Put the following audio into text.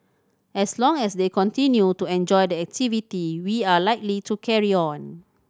as long as they continue to enjoy the activity we are likely to carry on